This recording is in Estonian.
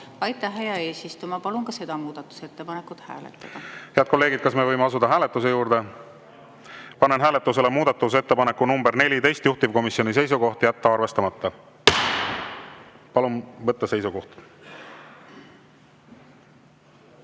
Aitäh, hea eesistuja! Ma palun ka seda muudatusettepanekut hääletada. Head kolleegid, kas me võime asuda hääletamise juurde? Panen hääletusele muudatusettepaneku nr 14, juhtivkomisjoni seisukoht on jätta arvestamata. Palun võtta seisukoht!